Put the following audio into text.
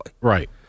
Right